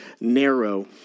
narrow